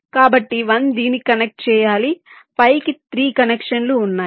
కాబట్టి 1 దీనికి కనెక్ట్ చేయాలి 5 కి 3 కనెక్షన్లు ఉన్నాయి